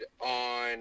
on